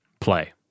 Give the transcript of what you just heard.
play